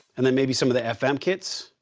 and then maybe some of the fm kits.